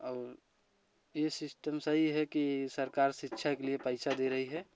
और ये सिस्टम सही है कि सरकार शिक्षा के लिए पैसा दे रही है